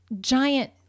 giant